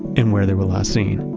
and where they were last seen.